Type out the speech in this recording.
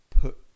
put